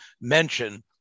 mention